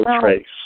trace